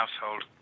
household